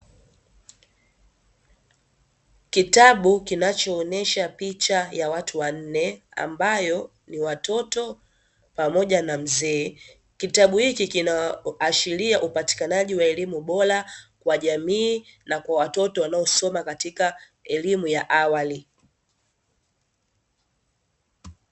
Kitabu kinachoonesha picha ya watu wanne ambayo ni watoto pamoja na mzee. Kitabu hiki kinaashiria upatikanaji wa elimu bora kwa jamii na kwa watoto wanaosoma katika elimu ya awali.